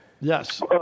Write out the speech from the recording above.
Yes